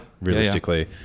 Realistically